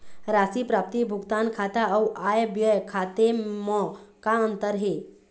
राशि प्राप्ति भुगतान खाता अऊ आय व्यय खाते म का अंतर हे?